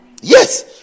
yes